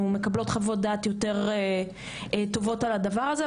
מקבלות חוות דעת יותר טובות על הדבר הזה,